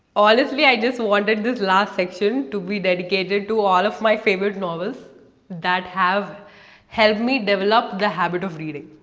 honestly, i just wanted this last section to be dedicated to all of my favourite novels that have helped me develop the habit of reading.